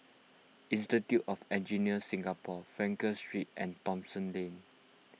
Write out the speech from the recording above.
Institute of Engineers Singapore Frankel Street and Thomson Lane